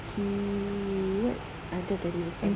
he [what] ah nanti I tell you the story